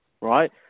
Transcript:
right